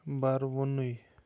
بروُنٕے